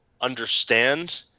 understand